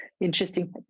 Interesting